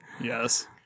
Yes